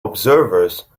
observers